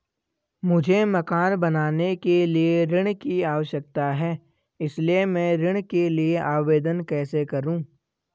मुझे मकान बनाने के लिए ऋण की आवश्यकता है इसलिए मैं ऋण के लिए आवेदन कैसे करूं?